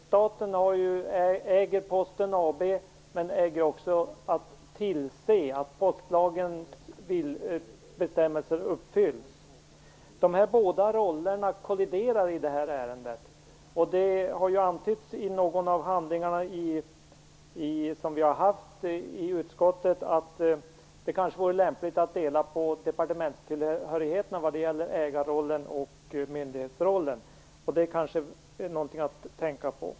Staten äger Posten AB men har också att tillse att postlagens bestämmelser följs. Dessa båda roller kolliderar i det här ärendet. Det har i en av de handlingar som vi haft till förfogande i utskottet antytts att det kanske vore lämpligt att dela upp ägarrollen och myndighetsrollen på olika departement, och det är måhända något att tänka på.